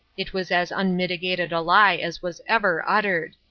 it was as unmitigated a lie as was ever uttered.